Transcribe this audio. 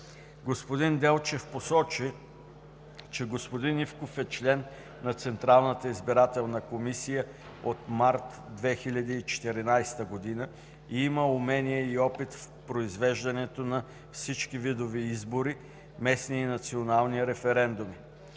Господин Делчев посочи, че господин Ивков е член на Централната избирателна комисия от март 2014 г. и има умения и опит в произвеждането на всички видове избори, местни и национални референдуми.